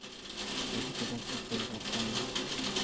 ᱟᱹᱰᱤ ᱠᱟᱡᱟᱠ ᱜᱮ ᱯᱚᱨᱤᱵᱚᱨᱛᱚᱱ ᱱᱟ